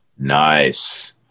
Nice